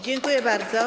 Dziękuję bardzo.